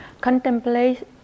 contemplation